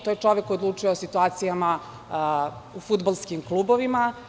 To je čovek koji odlučuje o situacijama u fudbalskim klubovima.